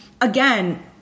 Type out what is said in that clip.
again